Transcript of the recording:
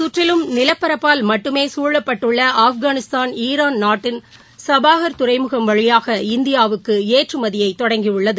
கற்றிலும் நிலப்பரப்பை கொண்ட நாடுகளால் சூழப்பட்டுள்ள ஆப்கானிஸ்தான் ஈரான் நாட்டின் சபாஹர் துறைமுகம் வழியாக இந்தியாவுக்கு ஏற்றுமதியை தொடங்கியுள்ளது